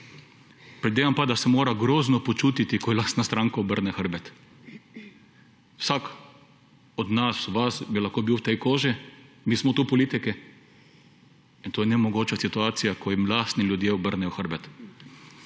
predvidevam pa, da se mora grozno počiti, ko ji lastna stranka obrne hrbet vsak od nas, vas bi lahko bil v tej koži, mi smo tukaj politiki in to je nemogoča situacija, ko jim lastni ljudje obrnejo hrbet,